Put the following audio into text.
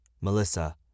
Melissa